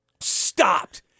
stopped